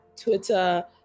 Twitter